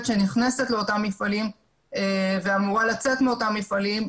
שנכנסת לאותם מפעלים ואמורה לצאת מאותם מפעלים,